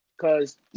Cause